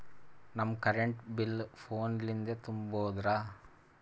ನಮ್ current bill ಫೋನ ಲಿಂದೇ ತುಂಬೌದ್ರಾ?